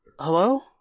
Hello